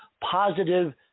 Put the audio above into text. positive